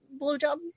blowjob